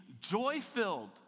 joy-filled